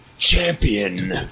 champion